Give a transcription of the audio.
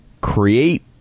create